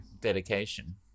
dedication